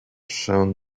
shown